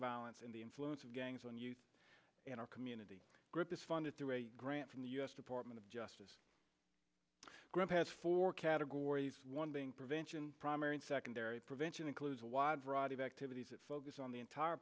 violence and the influence of gangs and youth in our community group is funded through a grant from the u s department of justice group has four categories one being prevention primary and secondary prevention includes a wide variety of activities that focus on the entire